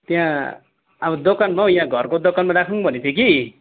त्यहाँ अब दोकानमा हौ यहाँ घरको दोकानमा राखुँ भनेको थिए कि